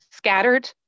scattered